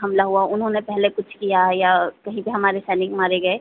हमला हुआ उन्होंने पहले कुछ किया या कहीं पर हमारे सैनिक मारे गए